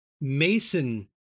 Mason